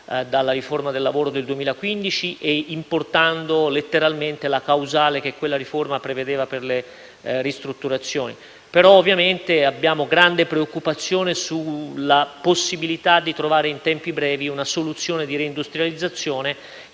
dalla riforma del lavoro del 2015 e importando letteralmente la causale che quella riforma prevedeva per le ristrutturazioni. Però ovviamente abbiamo grande preoccupazione in merito alla possibilità di trovare in tempi brevi una soluzione di reindustrializzazione.